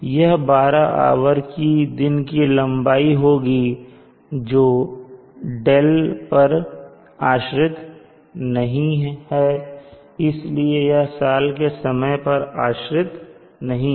यह 12 आवर की दिन की लंबाई होगी जो δ पर आश्रित नहीं है इसलिए यह साल के समय पर भी आश्रित नहीं है